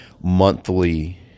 monthly